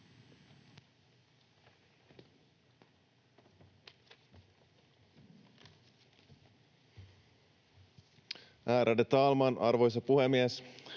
Arvoisa puhemies!